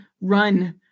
run